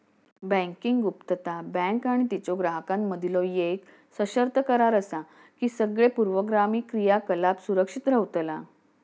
banking गुप्तता, bank आणि तिच्यो ग्राहकांमधीलो येक सशर्त करार असा की सगळे पूर्वगामी क्रियाकलाप सुरक्षित रव्हतला